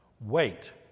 Wait